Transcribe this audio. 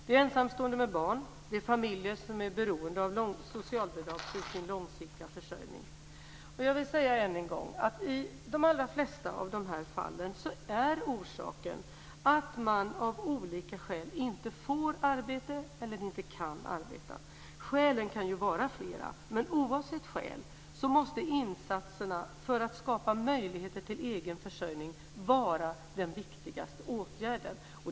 Det gäller ensamstående med barn och familjer som är beroende av socialbidrag för sin långsiktiga försörjning. Än en gång vill jag säga att i de allra flesta av de här fallen så är orsaken att man av olika skäl inte får arbete eller inte kan arbeta. Skälen kan vara flera, men oavsett skäl så måste insatserna för att skapa möjligheter till egen försörjning vara den viktigaste åtgärden.